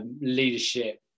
leadership